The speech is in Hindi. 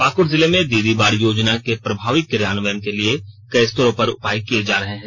पाकुड़ जिले में दीदी बाड़ी योजना के प्रभावी क्रियान्वयन के लिए कई स्तरों पर उपाय किए जा रहे हैं